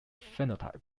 phenotype